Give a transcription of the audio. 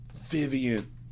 Vivian